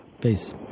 Peace